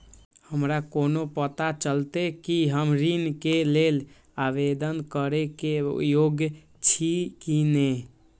हमरा कोना पताा चलते कि हम ऋण के लेल आवेदन करे के योग्य छी की ने?